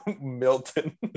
Milton